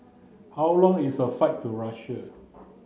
how long is the flight to Russia